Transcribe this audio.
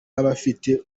abafite